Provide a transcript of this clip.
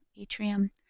atrium